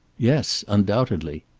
yes. undoubtedly.